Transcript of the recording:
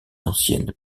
ancienne